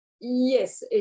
Yes